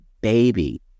baby